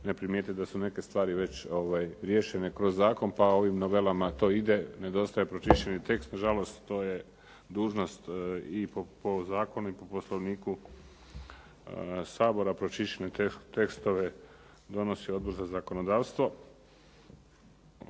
ne primijete da su neke stvari već riješene kroz zakon, pa ovim novelama to ide, nedostaje pročišćeni tekst, nažalost to je dužnost i po zakonu i po poslovniku Sabora, pročišćene tekstove donosi Odbor za zakonodavstvo.